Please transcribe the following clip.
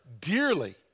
dearly